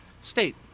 state